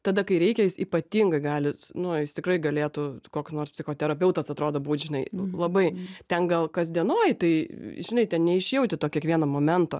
tada kai reikia jis ypatingai gali nu jis tikrai galėtų koks nors psichoterapeutas atrodo būt žinai labai ten gal kas dienoj tai žinai ten neišjauti to kiekvieno momento